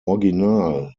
original